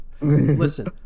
Listen